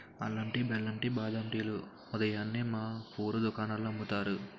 అల్లం టీ, బెల్లం టీ, బాదం టీ లు ఉదయాన్నే మా వూరు దుకాణాల్లో అమ్ముతారు